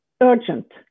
urgent